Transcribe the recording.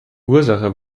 ursache